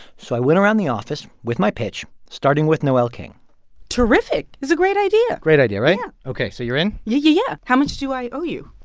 so i went around the office with my pitch, starting with noel king terrific. it's a great idea great idea, right? yeah ok, so you're in? yeah, yeah, yeah. how much do i owe you?